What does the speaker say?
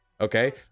Okay